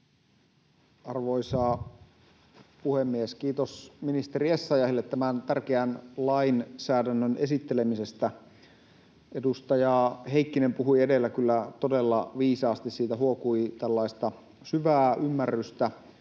Arvoisa puhemies! Kiitos ministeri Essayahille tämän tärkeän lainsäädännön esittelemisestä. Edustaja Heikkinen puhui edellä kyllä todella viisaasti. Siitä huokui syvää ymmärrystä